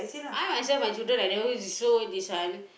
I myself my children like that so this one